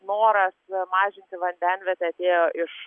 noras mažinti vandenvietę atėjo iš